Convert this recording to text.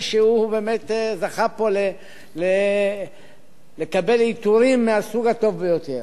שהוא באמת זכה פה לקבל עיטורים מהסוג הטוב ביותר.